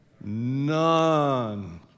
None